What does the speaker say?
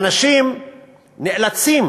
אנשים נאלצים